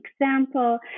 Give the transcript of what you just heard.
example